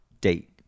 date